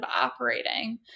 operating